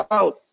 out